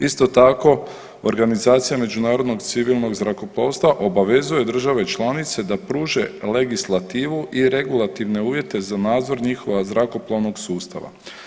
Isto tako, Organizacija međunarodnog civilnog zrakoplovstva obavezuje države članice da pruže legislativu i regulativne uvjete za nadzor njihova zrakoplovnog sustava.